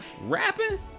rapping